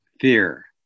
fear